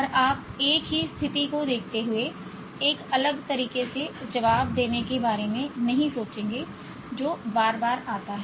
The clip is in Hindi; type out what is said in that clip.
और आप एक ही स्थिति को देखते हुए एक अलग तरीके से जवाब देने के बारे में नहीं सोचेंगे जो बार बार आता है